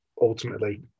ultimately